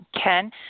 Ken